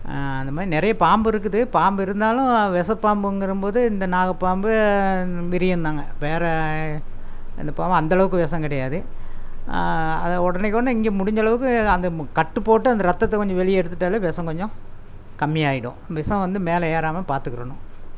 அந்த மாதிரி நிறைய பாம்பு இருக்குது பாம்பு இருந்தாலும் வெஷ பாம்புங்கிறம்போது இந்த நாக பாம்பு விரியன் தாங்க வேறு எந்த பாம்பும் அந்தளவுக்கு வெஷம் கிடையாது அதை உடனேக்கொடனே முடிஞ்சளவுக்கு அந்த கட்டு போட்டு அந்த இரத்தத்தை கொஞ்சம் வெளியே எடுத்துவிட்டாலே வெஷம் கொஞ்சம் கம்மியாகிடும் வெஷம் வந்து மேலே ஏறாமல் பார்த்துக்கறணும்